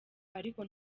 ariko